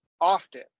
often